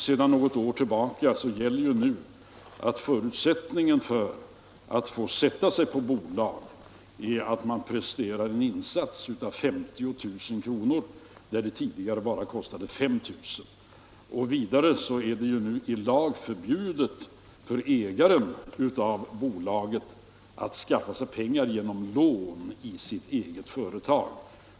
Sedan något år tillbaka gäller ju att förutsättningen för att få bilda bolag är att man presterar en insats av 50 000 kr., under det att det tidigare bara kostade 164 5 000 kr. Det är numera också i lag förbjudet för ägaren av ett bolag att skaffa sig pengar genom lån i sitt eget företag.